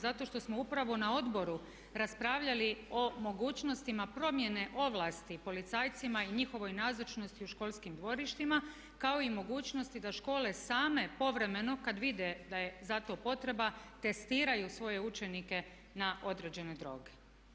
Zato što smo upravo na odboru raspravljali o mogućnostima promjene ovlasti policajcima i njihovoj nazočnosti u školskim dvorištima kao i mogućnosti da škole same povremeno kad vide da je za to potreba testiraju svoje učenike na određene droge.